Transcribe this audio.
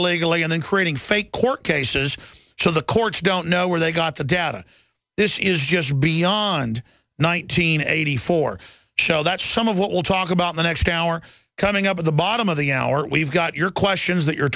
illegally and then creating fake court cases to the courts don't know where they got the data this is just beyond nineteen eighty four show that's some of what we'll talk about the next hour coming up at the bottom of the hour we've got your questions that you're